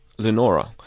Lenora